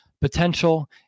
potential